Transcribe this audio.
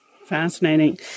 Fascinating